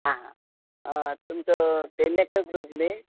आं तुमचो पेडणेकर बस न्हय